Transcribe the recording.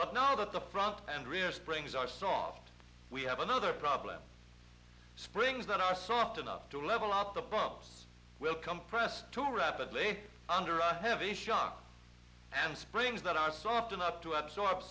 but not at the front and rear springs are strong we have another problem springs that are soft enough to level up the ball will compress too rapidly under a heavy shot and springs that are soft enough to absorb